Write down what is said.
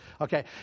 Okay